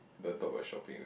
don't talk about shopping ah